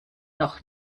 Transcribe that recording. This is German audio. noch